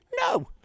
No